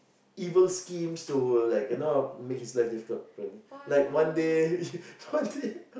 evil schemes to like you know make his life difficult apparently like one day one day